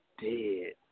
dead